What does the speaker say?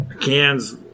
cans